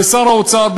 ושר האוצר,